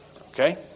Okay